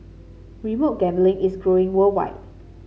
remote gambling is growing worldwide